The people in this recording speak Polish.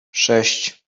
sześć